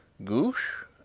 ghoosh?